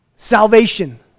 salvation